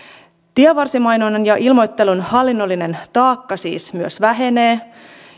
tienvarsimainonnan ja ilmoittelun hallinnollinen taakka siis myös vähenee